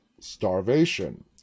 starvation